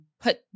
put